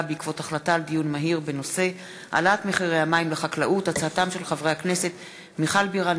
בעקבות דיון מהיר בהצעתם של חברי הכנסת מיכל בירן,